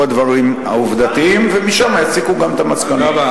הדברים העובדתיים ומשם יסיקו גם את המסקנה.